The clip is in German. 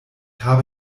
habe